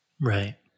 Right